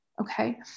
Okay